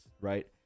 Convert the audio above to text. right